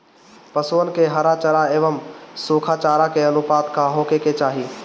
पशुअन के हरा चरा एंव सुखा चारा के अनुपात का होखे के चाही?